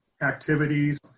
activities